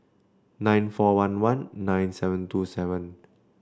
nine four one one nine seven two seven